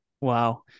Wow